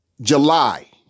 July